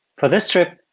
for this trip,